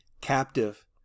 captive